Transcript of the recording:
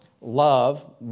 love